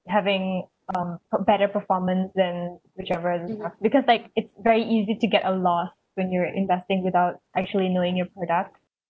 having um better performance than whichever it is because like it's very easy to get a loss when you're investing without actually knowing your product